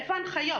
איפה ההנחיות?